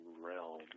realm